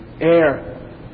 air